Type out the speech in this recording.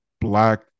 black